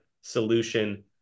solution